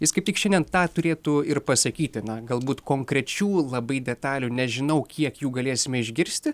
jis kaip tik šiandien tą turėtų ir pasakyti na galbūt konkrečių labai detalių nežinau kiek jų galėsime išgirsti